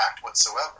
whatsoever